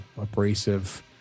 abrasive